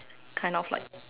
kind of like